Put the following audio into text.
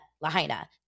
Lahaina